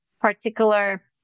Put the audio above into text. particular